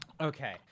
okay